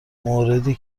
موردی